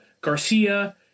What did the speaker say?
Garcia